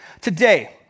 Today